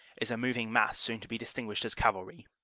is a moving mass soon to be distinguished as cavalry.